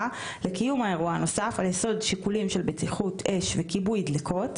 לקיום האירוע הנוסף על יסוד שיקולים של בטיחות אש וכיבוי דליקות,